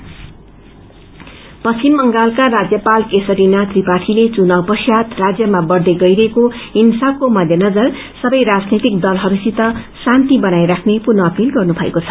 governor पश्चिम बंगालका राज्यपाल केशरीनाथ त्रिपाठीले चुनाव पश्चात बढ़रै गइरढेको डिंसाढो मध्य नजर सबै राजनैतिक दलहरूसित शान्ति बनाई राख्ने पुनः अपील गर्नुभएको छ